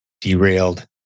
derailed